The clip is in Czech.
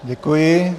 Děkuji.